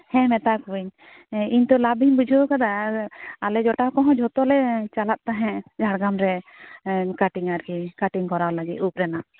ᱦᱮᱸ ᱢᱮᱛᱟᱠᱚᱣᱟᱹᱧ ᱤᱧ ᱛᱚ ᱞᱟᱵᱽ ᱤᱧ ᱵᱩᱡᱷᱟᱹᱣ ᱟᱠᱟᱫᱟ ᱟᱨ ᱟᱞᱮ ᱡᱚᱴᱟᱣ ᱠᱚᱦᱚᱸ ᱡᱷᱚᱛᱚ ᱞᱮ ᱪᱟᱞᱟᱜ ᱛᱟᱦᱮᱸᱫ ᱡᱷᱟᱲᱜᱨᱟᱢ ᱨᱮ ᱠᱟᱴᱤᱝ ᱟᱨᱠᱤ ᱠᱟᱴᱤᱝ ᱠᱚᱨᱟᱣ ᱞᱟᱹᱜᱤᱫ ᱩᱯ ᱨᱮᱱᱟᱜ